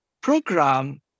program